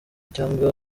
cyangwa